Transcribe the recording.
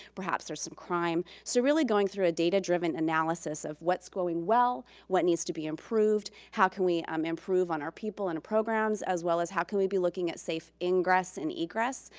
perhaps there's some crime. so really going through a data-driven analysis of what's going well, what needs to be improved, how can we um improve on our people and programs as well as how can we be looking at safe ingress and egress,